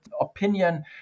opinion